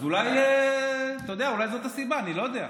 אז אולי זאת הסיבה, אני לא יודע.